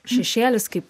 šešėlis kaip